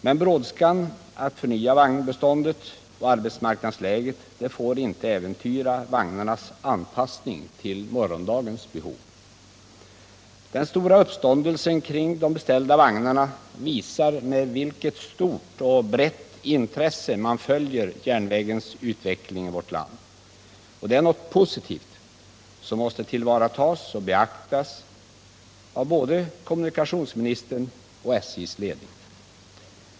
Men brådskan att förnya vagnbeståndet och arbetsmarknadsläget får inte äventyra vagnarnas anpassning till morgondagens behov. Den stora uppståndelsen kring de beställda vagnarna visar med vilket förbättra kollektiv stort och brett intresse man följer järnvägens utveckling i vårt land. Det är något positivt, som måste tillvaratas och beaktas av både kommunikationsministern och SJ:s ledning.